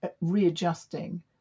readjusting